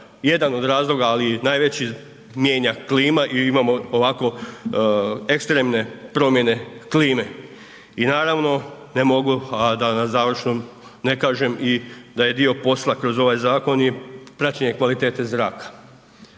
jedan od razloga ali i najveći mijenja klima i imamo ovako ekstremne promjene klime. I naravno ne mogu a da na završnom ne kažem i da je dio posla kroz ovaj zakon i praćenje kvalitete zraka.